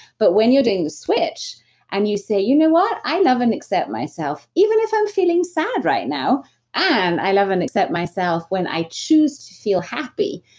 but when you're doing the switch and you say, you know what? i love and accept myself even if my um feeling sad right now and i love and accept myself when i choose to feel happy.